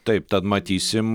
taip tad matysim